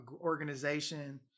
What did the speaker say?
organization